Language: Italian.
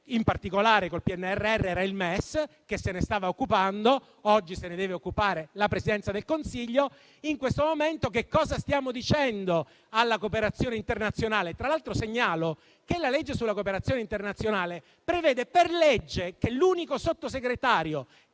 Ministero dello sviluppo economico che se ne stava occupando, oggi se ne deve occupare la Presidenza del Consiglio. In questo momento, che cosa stiamo dicendo alla cooperazione internazionale? Tra l'altro, segnalo che la legge sulla cooperazione internazionale prevede che l'unico Sottosegretario